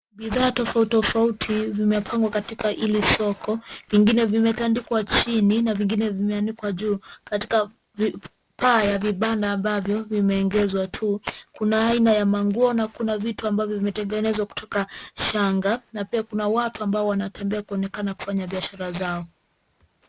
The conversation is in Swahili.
Bidhaa tofauti tofauti vimepangwa katika hili soko. Vingine vimetandikwa chini na vingine vimeandikwa juu katika paa ya vibanda ambavyo vimeongezwa tu. Kuna aina ya manguo na kuna vitu ambavyo vimetengenezwa kutoka shanga, na pia kuna watu ambao wanatembea kuonekana kufanya biashara zao.